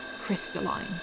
crystalline